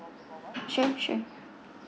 sure sure